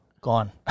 Gone